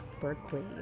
Berkeley